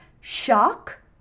shock